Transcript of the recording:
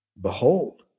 behold